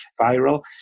viral